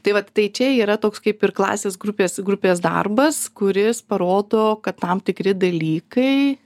tai vat tai čia yra toks kaip ir klasės grupės grupės darbas kuris parodo kad tam tikri dalykai